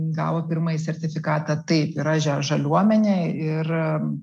gavo pirmąjį sertifikatą tai yra že žaliuomenė ir